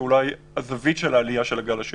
קודם ראינו את העלייה בכלל התחלואה ועכשיו